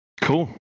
Cool